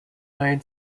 iron